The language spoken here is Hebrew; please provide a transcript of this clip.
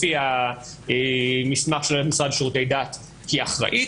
לפי המסמך של המשרד לשירותי דת היא אחראית,